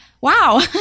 wow